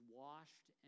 washed